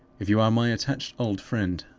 if you are my attached old friend,